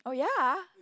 oh ya